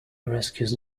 rescues